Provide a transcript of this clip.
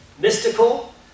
mystical